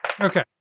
Okay